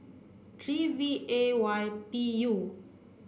three V A Y P U